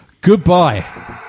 goodbye